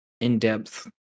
in-depth